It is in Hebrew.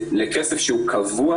לכסף שהוא קבוע,